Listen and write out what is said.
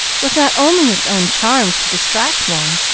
with not only its own charms to distract one,